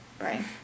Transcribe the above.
Right